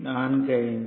45 2